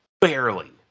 barely